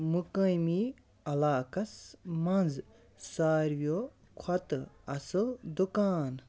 مُقٲمی علاقس منٛزٕ ساروِیو کھۄتہٕ اَصٕل دُکان